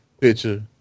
picture